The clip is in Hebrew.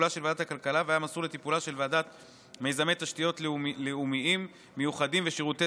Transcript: אשר תעסוק בנושאים אלה: שירותי